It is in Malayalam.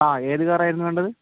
ആ ഏത് കാർ ആയിരുന്നു വേണ്ടത്